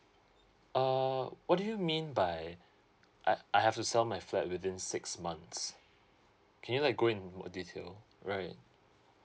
uh what do you mean by I I have to sell my flat within six months can you like go in more detail right